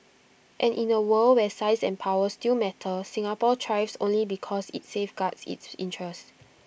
and in A world where size and power still matter Singapore thrives only because IT safeguards its interests